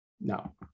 no